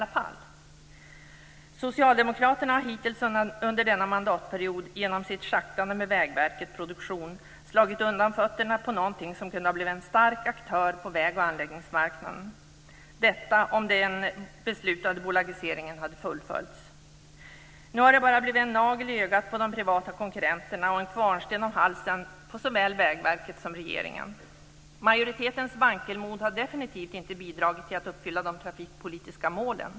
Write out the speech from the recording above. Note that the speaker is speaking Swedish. Socialdemokraterna har hittills under denna mandatperiod genom sitt schackrande med Vägverkets produktionsdivision slagit undan fötterna för något som kunde ha blivit en stark aktör på väg och anläggningsmarknaden, om den beslutade bolagiseringen hade fullföljts. Nu har divisionen bara blivit en nagel i ögat på de privata konkurrenterna och en kvarnsten om halsen för såväl Vägverket som regeringen. Majoritetens vankelmod har definitivt inte bidragit till att uppfylla de trafikpolitiska målen.